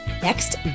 Next